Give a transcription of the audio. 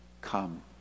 come